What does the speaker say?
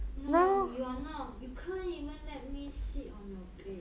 no you are not you can't even let me sit on your bed